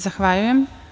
Zahvaljujem.